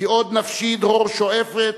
// כי עוד נפשי דרור שואפת,